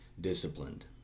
disciplined